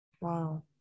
Wow